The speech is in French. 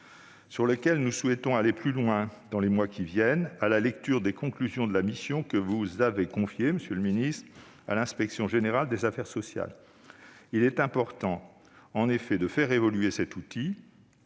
sur lequel nous souhaitons aller plus loin dans les mois qui viennent à la lecture des conclusions de la mission que vous avez confiée à l'inspection générale des affaires sociales. Il est important, en effet, de faire évoluer cet outil.